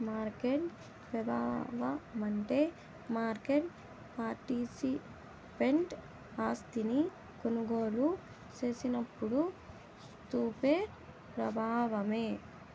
market పెబావమంటే market participant ఆస్తిని కొనుగోలు సేసినప్పుడు సూపే ప్రబావమే